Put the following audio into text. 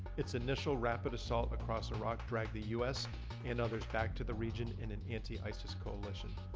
its initial rapid assault across iraq dragged the us and others back to the region in an anti-isis coalition.